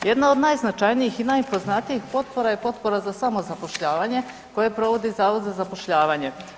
Jedna od najzačajnijih i najpoznatijih potpora je potpora za samozapošljavanje koje provodi zavod za zapošljavanje.